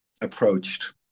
approached